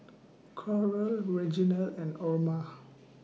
Coral Reginal and Orma